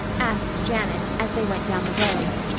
asked janet, as they went down the road.